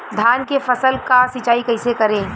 धान के फसल का सिंचाई कैसे करे?